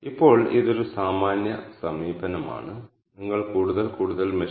അപ്പോൾ ഈ ക്ലസ്റ്ററിൽ നിന്ന് ഒരാൾക്ക് എന്താണ് മനസിലാകുന്നത്